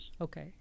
Okay